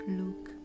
look